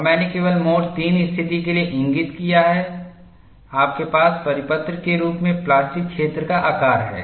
और मैंने केवल मोड III स्थिति के लिए इंगित किया है आपके पास परिपत्र के रूप में प्लास्टिक क्षेत्र का आकार है